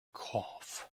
cough